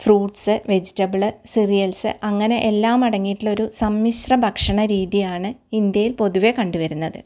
fruits vegetable cereals അങ്ങനെ എല്ലാം അടങ്ങിയിട്ടുള്ളൊരു സമ്മിശ്ര ഭക്ഷണരീതിയാണ് ഇന്ത്യയിൽ പൊതുവേ കണ്ട് വരുന്നത്